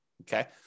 Okay